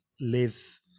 live